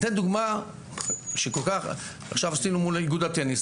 אתן דוגמה שעלתה בדיונים מול איגוד הטניס.